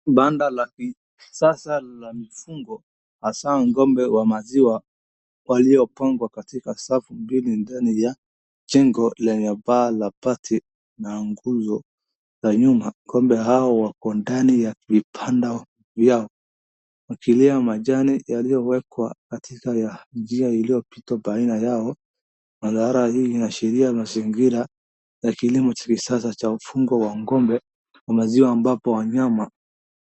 Banda la kisasa la mifugo, hasaa ng'ombe wa maziwa waliopangwa katika safu mbili ndani ya jengo lenye baa la bati na nguzo ya nyumba. Ng'ombe hao wako ndani ya vibanda vyao, wakila majani yaliyowekwa katika njia iliyopita baina yao. Madhara hii inaashiria mazingira ya kilimo cha sasa cha ufugo wa ng'ombe na maziwa ambapo wanyama.